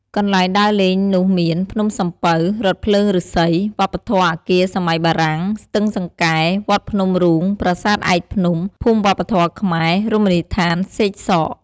កន្លែងដើរលេងនោះមាន ភ្នំសំពៅ រថភ្លើងឫស្សី វប្បធម៌អគារសម័យបារាំង ស្ទឹងសង្កែ វត្តភ្នំរូង ប្រាសាទឯកភ្នំ ភូមិវប្បធម៌ខ្មែរ រមណីយដ្ឋានសេកសក។